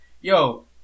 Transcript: Yo